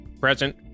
present